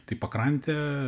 tai pakrantė